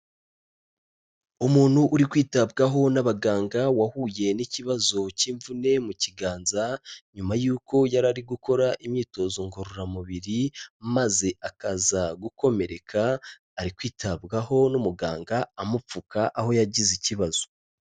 Umuntu uri kwitabwaho n'abaganga wahuye n'ikibazo k'imvune mu kiganza, nyuma y'uko yari ari gukora imyitozo ngororamubiri maze akaza gukomereka, ari kwitabwaho n'umuganga amupfuka aho yagize ikibazo.